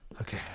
Okay